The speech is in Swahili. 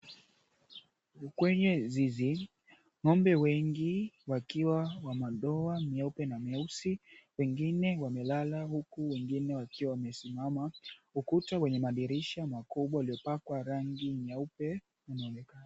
Kwenye zizi, ng'ombe wengi wakiwa wa madoa meupe na meusi. Wengine wamelala huku wengine wakiwa wamesimama. Ukuta wenye madirisha makubwa uliopakwa rangi nyeupe.